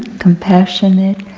compassionate,